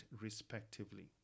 respectively